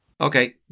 Okay